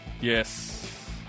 Yes